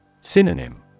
Synonym